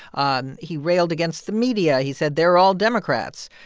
and he railed against the media. he said they're all democrats.